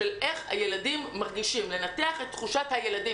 איך הילדים מרגישים, לנתח את תחושת הילדים.